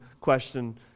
question